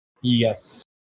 Yes